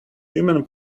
human